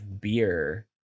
beer